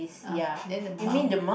uh then the mom